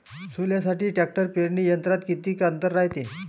सोल्यासाठी ट्रॅक्टर पेरणी यंत्रात किती अंतर रायते?